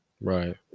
right